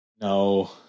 No